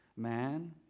man